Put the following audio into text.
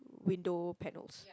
window panels